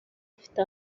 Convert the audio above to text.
afite